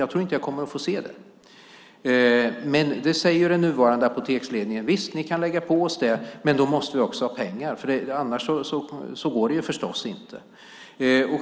Jag tror inte att jag kommer att få se det. Den nuvarande apoteksledningen säger att visst, ni kan lägga på oss detta, men då måste vi också ha pengar. Annars går det förstås inte.